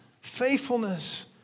faithfulness